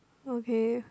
okay